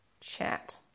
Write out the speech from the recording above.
Chat